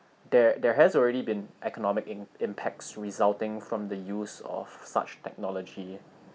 there there has already been economic im~ impacts resulting from the use of such technology